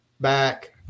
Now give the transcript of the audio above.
back